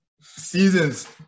seasons –